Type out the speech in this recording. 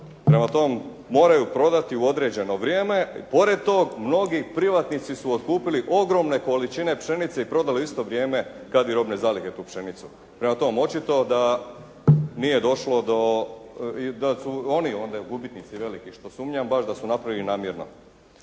Prema tome, moraju prodati u određeno vrijeme i pored toga mnogi privatnici su otkupili ogromne količine pšenice i prodali u isto vrijeme kad i robne zalihe tu pšenicu. Prema tome očito da nije došlo do, da su oni onda gubitnici veliki što sumnjam baš da su napravili namjerno.